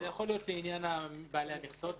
זה יכול להיות לעניין בעלי המכסות,